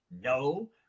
No